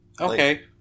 Okay